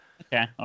Okay